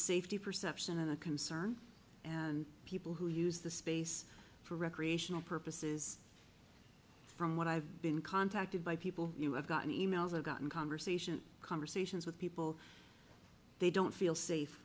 safety perception and a concern and people who use the space for recreational purposes from what i've been contacted by people you have gotten e mails i've gotten conversations conversations with people they don't feel safe